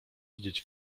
widzieć